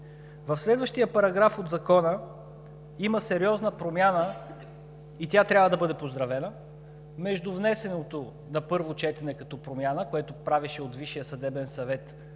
В следващия параграф от Закона има сериозна промяна и тя трябва да бъде поздравена, между внесеното на първо четене като изменение, което практически правеше от Висшия съдебен съвет